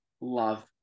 love